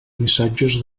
missatges